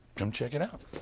um check it out.